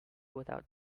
without